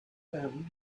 them